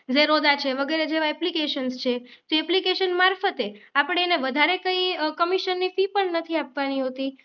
જેરોદા છે વગેરે જેવા એપ્લિકેશનસ છે જે એપ્લિકેશન મારફતે આપણે એને વધારે કઈ કમિશનની ફી પણ નથી આપવાની હોતી